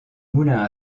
moulin